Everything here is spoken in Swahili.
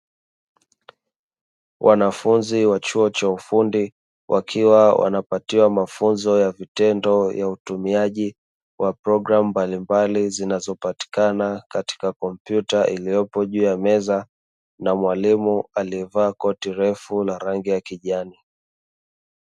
Wanafunzi wa chuo cha ufundi wakiwa wanapatiwa mafunzo ya vitendo ya utumiaji wa programu mbalimbali; zinazopatikana katika kompyuta iliyopo juu ya meza na mwalimu aliyevaa koti refu la rangi ya kijani.